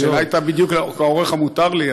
השאלה הייתה בדיוק כאורך המותר לי,